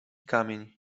kamień